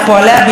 לא,